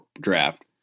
draft